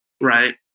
right